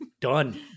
Done